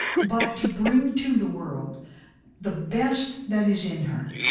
but to bring to the world the best that is in her.